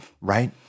Right